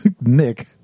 Nick